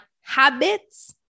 habits